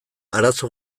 arazo